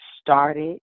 started